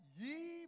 ye